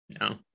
No